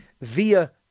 via